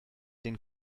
den